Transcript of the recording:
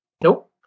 Nope